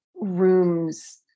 room's